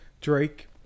Drake